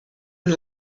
and